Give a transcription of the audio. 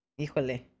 Híjole